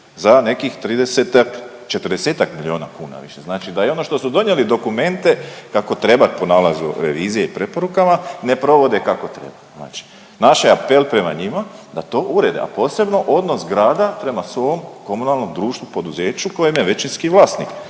za nekih 30-tak, 40-tak miliona kuna što znači da i ono što su donijeli dokumente kako treba po nalazu revizije i preporukama ne provode kako treba. Znači naš je apel prema njima da to urede, a posebno odnos grada prema svom komunalnom društvu, poduzeću koji je jedan većinski vlasnik